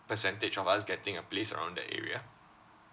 percentage of us getting a place around the area